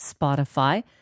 Spotify